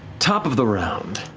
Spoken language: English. top of the round.